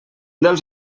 dels